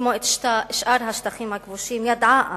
כמו את שאר השטחים הכבושים, ידעה אז,